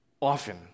often